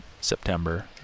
September